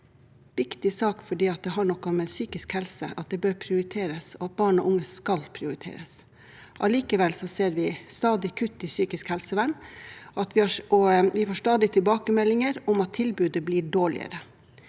er en viktig sak fordi det handler om at psykisk helse bør prioriteres, og at barn og unge skal prioriteres. Likevel ser vi stadige kutt i psykisk helsevern, og vi får stadig tilbakemeldinger om at tilbudet blir dårligere.